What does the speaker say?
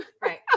Right